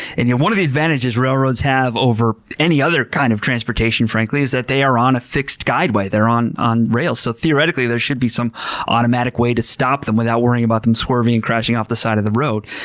and one of the advantages railroads have over any other kind of transportation, frankly, is that they are on a fixed guideway. they're on on rails so theoretically there should be some automatic way to stop them without worrying about them swerving and crashing off the side of the road.